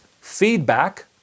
feedback